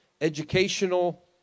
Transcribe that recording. educational